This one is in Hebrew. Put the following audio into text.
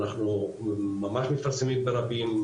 אנחנו ממש מפרסמים ברבים,